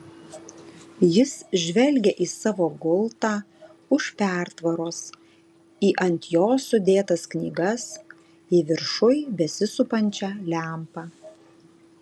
jis žvelgė į savo gultą už pertvaros į ant jo sudėtas knygas į viršuj besisupančią lempą